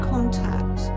Contact